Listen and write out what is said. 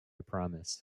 promise